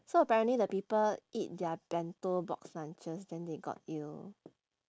so apparently the people eat their bento box lunches then they got ill